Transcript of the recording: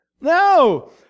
No